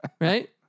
right